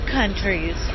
countries